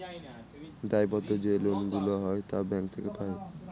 দায়বদ্ধ যে লোন গুলা হয় তা ব্যাঙ্ক থেকে পাই